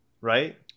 right